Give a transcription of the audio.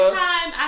time